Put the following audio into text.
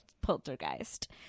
poltergeist